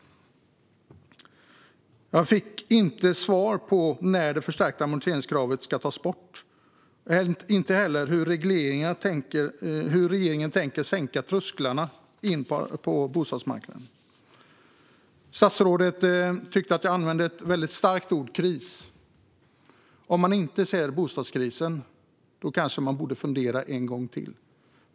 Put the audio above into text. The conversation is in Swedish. Jag fick inte svar på när det förstärkta amorteringskravet ska tas bort och heller inte hur regeringen tänker sänka trösklarna in på bostadsmarknaden. Statsrådet tyckte att jag använde ett väldigt starkt ord: kris. Om man inte ser bostadskrisen kanske man borde fungera en gång till.